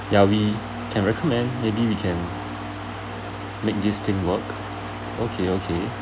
ya we can recommend maybe we can make this thing work okay okay